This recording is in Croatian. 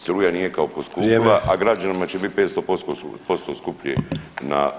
Struja nije [[Upadica Sanader: Vrijeme.]] kao poskupila, a građanima će bit 500% skuplja voda.